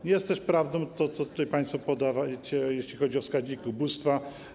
Nie jest też prawdą to, co tutaj państwo podajecie, jeśli chodzi o wskaźnik ubóstwa.